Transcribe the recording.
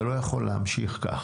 זה לא יכול להמשיך כך.